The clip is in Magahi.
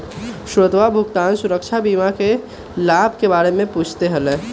श्वेतवा भुगतान सुरक्षा बीमा के लाभ के बारे में पूछते हलय